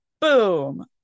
Boom